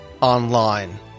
online